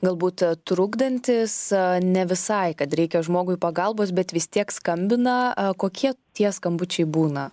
galbūt trukdantys ne visai kad reikia žmogui pagalbos bet vis tiek skambina kokie tie skambučiai būna